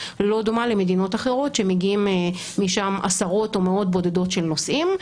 לא דומה למדינות אחרות שמגיעים משם עשרות או מאות בודדות של נוסעים.